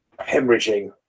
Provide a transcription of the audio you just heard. hemorrhaging